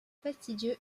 fastidieux